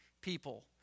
people